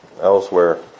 elsewhere